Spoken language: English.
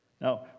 Now